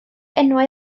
enwau